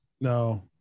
no